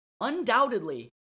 undoubtedly